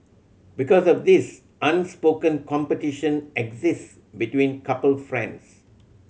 because of this unspoken competition exist between couple friends